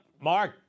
Mark—